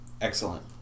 Excellent